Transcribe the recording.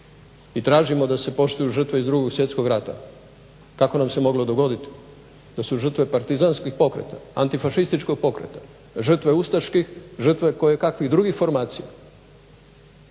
i tražimo da se poštuju žrtve iz 2.svjetskog rata, kako nam se moglo dogoditi da su žrtve partizanskih pokreta Antifašističkog pokreta žrtve ustaških, žrtve koje kakvih drugih formacija